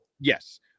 Yes